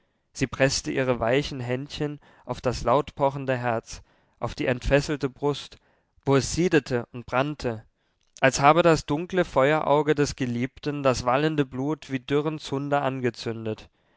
sie preßte ihre weichen händchen auf das lautpochende herz auf die entfesselte brust wo es siedete und brannte als habe das dunkle feuerauge des geliebten das wallende blut wie dürren zunder angezündet